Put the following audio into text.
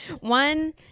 One